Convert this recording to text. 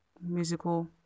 musical